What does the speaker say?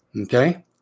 Okay